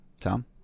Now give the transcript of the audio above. tom